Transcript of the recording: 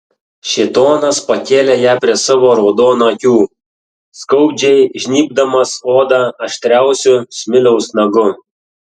šėtonas pakėlė ją prie savo raudonų akių skaudžiai žnybdamas odą aštriausiu smiliaus nagu